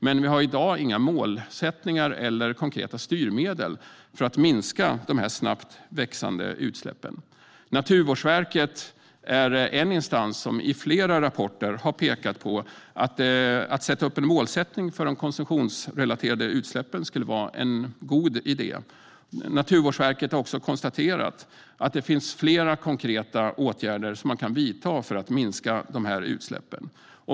Men vi har i dag inga målsättningar eller konkreta styrmedel för att minska de snabbt växande utsläppen. Naturvårdsverket är en instans som i flera rapporter har pekat på att det skulle vara en god idé att sätta upp en målsättning för de konsumtionsrelaterade utsläppen. Naturvårdsverket har också konstaterat att det finns flera konkreta åtgärder som man kan vidta för att minska utsläppen.